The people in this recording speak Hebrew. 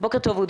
בוקר טוב.